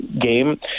game